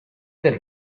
del